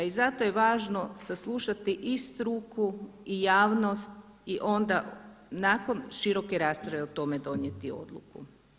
I zato je važno saslušati i struku i javnost i onda nakon široke rasprave o tome donijeti odluku.